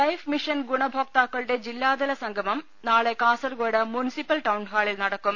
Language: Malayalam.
ലൈഫ് മിഷൻ ഗുണഭ്ടോക്താക്കളുടെ ജില്ലാതല സംഗമം നാളെ കാസർകോഡ് മുൻസിപ്പൽ ടൌൺഹാളിൽ നടക്കും